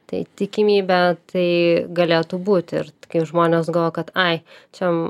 tai tikimybė tai galėtų būti ir kaip žmonės galvoja kad ai čia